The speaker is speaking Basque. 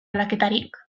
aldaketarik